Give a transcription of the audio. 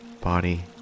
body